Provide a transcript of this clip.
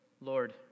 Lord